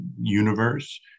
universe